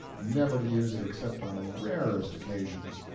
never to use it except on the rarest occasions,